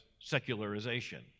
secularization